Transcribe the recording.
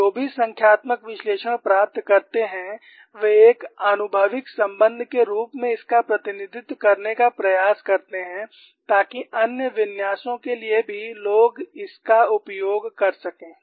वे जो भी संख्यात्मक विश्लेषण प्राप्त करते हैं वे एक आनुभविक संबंध के रूप में इसका प्रतिनिधित्व करने का प्रयास करते हैं ताकि अन्य विन्यासों के लिए भी लोग इसका उपयोग कर सकें